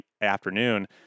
afternoon